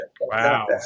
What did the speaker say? Wow